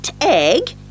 egg